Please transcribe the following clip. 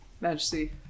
Majesty